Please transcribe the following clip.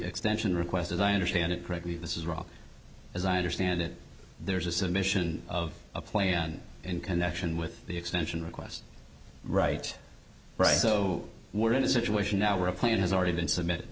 extension request as i understand it correctly this is wrong as i understand it there's a submission of a plan in connection with the extension requests right so we're in a situation now where a plan has already been submit